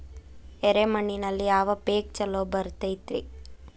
ಎರೆ ಮಣ್ಣಿನಲ್ಲಿ ಯಾವ ಪೇಕ್ ಛಲೋ ಬರತೈತ್ರಿ?